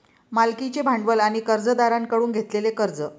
मालकीचे भांडवल आणि कर्जदारांकडून घेतलेले कर्ज